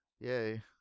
yay